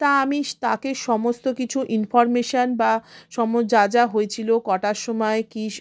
তা আমি তাকে সমস্ত কিছু ইনফরমেশান বা সম যা যা হয়েছিলো কটার সময় কিস